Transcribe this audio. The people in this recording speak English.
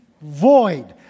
void